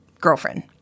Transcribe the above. girlfriend